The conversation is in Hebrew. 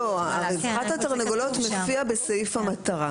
רווחת התרנגולות מופיעה בסעיף המטרה.